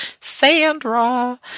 Sandra